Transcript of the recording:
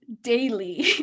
daily